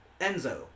Enzo